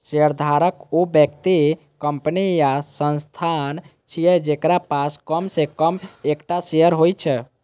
शेयरधारक ऊ व्यक्ति, कंपनी या संस्थान छियै, जेकरा पास कम सं कम एकटा शेयर होइ छै